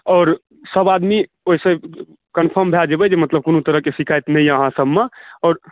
आओर सभ आदमी ओहिसे कन्फर्म भए जायबै जे कोनो तरहकेँ शिकायत नहि यऽ अहॉँ सबमे और